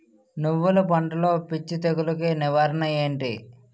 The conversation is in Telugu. నువ్వులు పంటలో పిచ్చి తెగులకి నివారణ ఏంటి?